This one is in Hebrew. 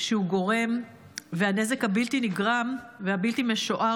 שהוא גורם והנזק הבלתי-נגמר והבלתי-משוער